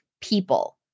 people